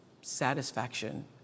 satisfaction